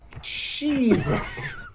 Jesus